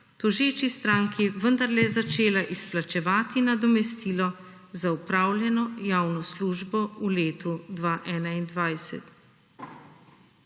tožeči stranki vendarle začela izplačevati nadomestilo za opravljeno javno službo v letu 2021.